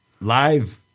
Live